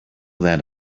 that